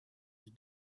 with